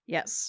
Yes